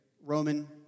Roman